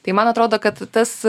tai man atrodo kad tas